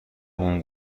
اون